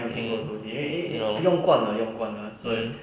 hmm ya lor mm